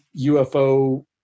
UFO